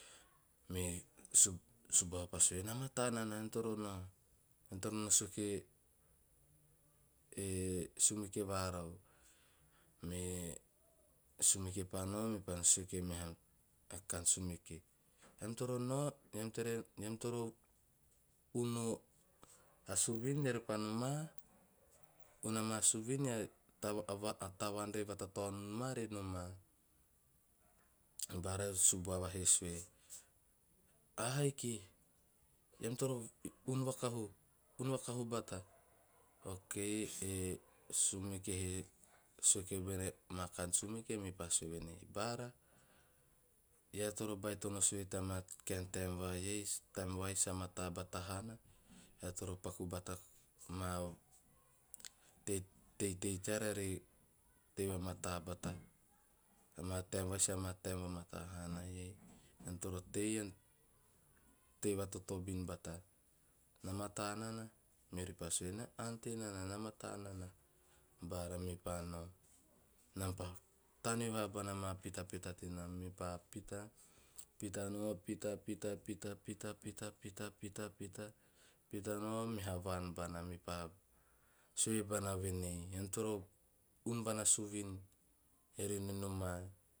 Me subuava pa sue "na mataa nana ean toro nao ean toro no sue kie, e sumeke varau. Me sumeke pa nao me pa no sue ki bene e meha kaan sumeke "ean toro nau nun a suvin eam repa noma, nun a suvin a tavaan re vata taonim ma ore noma." Bara e subuava he sue "ahaiki eam toro nun vakahu- nun vakahu bata". Okay e sumeke he sue ki bene ama kaen sumeke mepa sue venei "bara eara toro baitono sue teama kaen taem va ei, taem vai sa mataa hoana, eara toro paku bata maa teitei teara re tei va mata bata, ama taem sama taem vamata haana, eam toro tei tei va mataa bata, na mata nana?" Meori pa sue, "na antee nana na mata nana." Bara pa nao, menam pa taneo vahabana ma pitapita tenam, pita nao, pita pita pita pita pita pita pita nao, meha vaan bana. Me pa sue bana venei "ean toro uun bana a suvin eori re noma.